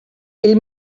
ell